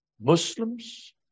Muslims